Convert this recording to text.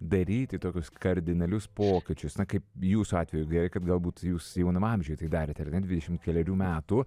daryti tokius kardinalius pokyčius na kaip jūsų atveju gerai kad galbūt jūs jauname amžiuje tai darėte ar ne dvidešimt kelerių metų